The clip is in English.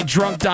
Drunk